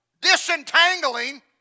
disentangling